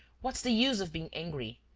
what's the use of being angry?